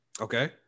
Okay